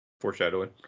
Foreshadowing